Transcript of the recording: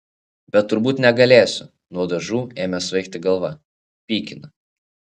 bet turbūt negalėsiu nuo dažų ėmė svaigti galva pykina